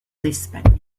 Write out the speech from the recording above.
espagne